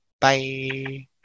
Bye